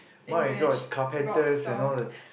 my I got a carpenter and all the